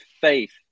faith